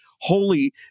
holy